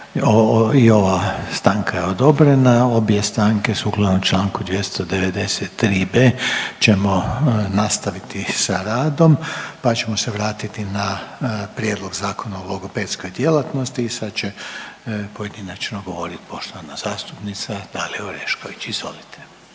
dogovora. **Reiner, Željko (HDZ)** Sukladno članku 293b. ćemo nastaviti sa radom, pa ćemo se vratiti na Prijedlog zakona o logopedskoj djelatnosti i sad će pojedinačno govoriti poštovana zastupnica Dalija Orešković. Izvolite.